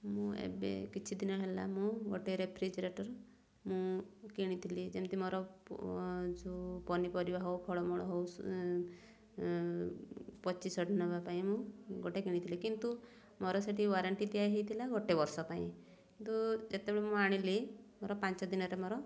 ମୁଁ ଏବେ କିଛି ଦିନ ହେଲା ମୁଁ ଗୋଟେ ରେଫ୍ରିଜରେଟର୍ ମୁଁ କିଣିଥିଲି ଯେମିତି ମୋର ଯେଉଁ ପନିପରିବା ହଉ ଫଳମୂଳ ହଉ ପଚି ସଢ଼ି ନେବା ପାଇଁ ମୁଁ ଗୋଟେ କିଣିଥିଲି କିନ୍ତୁ ମୋର ସେଠି ୱାରେଣ୍ଟି ତିଆରି ହେଇଥିଲା ଗୋଟେ ବର୍ଷ ପାଇଁ କିନ୍ତୁ ଯେତେବେଳେ ମୁଁ ଆଣିଲି ମୋର ପାଞ୍ଚ ଦିନରେ ମୋର